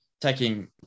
taking